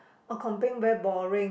oh complain very boring